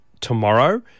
tomorrow